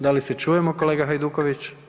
Da li se čujemo kolega Hajduković.